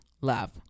Love